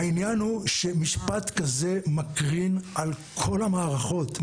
העניין הוא שמשפט כזה מקרין על כל המערכות.